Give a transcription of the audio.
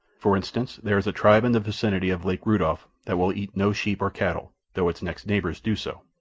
for instance, there is a tribe in the vicinity of lake rudolph that will eat no sheep or cattle, though its next neighbors do so.